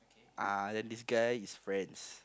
ah then this guy is friends